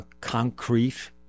concrete